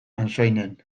antsoainen